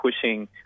pushing